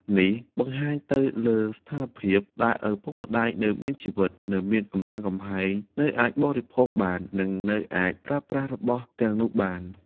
នេះបង្ហាញទៅលើស្ថានភាពដែលឪពុកម្តាយនៅមានជីវិត នៅមានកម្លាំងកំហែង នៅអាចបរិភោគបាន និងនៅអាចប្រើប្រាស់របស់ទាំងនោះបាន